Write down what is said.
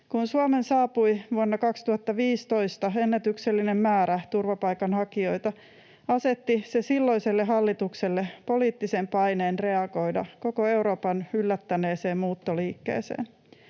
Kun Suomeen saapui vuonna 2015 ennätyksellinen määrä turvapaikanhakijoita, asetti se silloiselle hallitukselle poliittisen paineen reagoida koko Euroopan yllättäneeseen muuttoliikkeeseen.